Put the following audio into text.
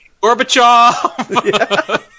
Gorbachev